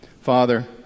Father